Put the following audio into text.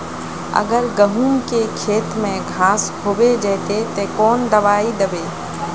अगर गहुम के खेत में घांस होबे जयते ते कौन दबाई दबे?